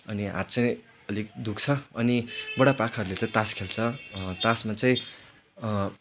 अनि हात चाहिँ अलिक दुख्छ अनि बुढा पाखाहरूले चाहिँ तास खेल्छ तासमा चाहिँ